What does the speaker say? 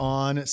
on